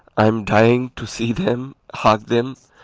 i'm dying to see them, hug them.